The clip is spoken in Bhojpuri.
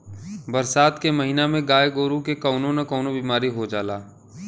बरसात के महिना में गाय गोरु के कउनो न कउनो बिमारी हो जाला